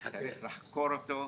צריך לחקור אותו.